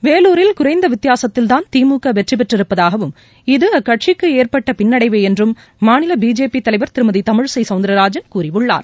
வேலூரில் குறைந்த வித்தியாசத்தில்தான் திமுக வெற்றி பெற்றிருப்பதாகவும் இது அக்கட்சிக்கு ஏற்பட்ட பின்னடைவே என்றும் மாநில பிஜேபி தலைவர் திருமதி தமிழிசை சவுந்தரராஜன் கூறியுள்ளார்